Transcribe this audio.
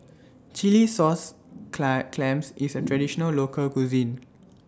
Chilli Sauce Clams IS A Traditional Local Cuisine